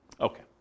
Okay